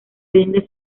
rinde